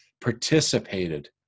participated